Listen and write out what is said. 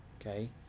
Okay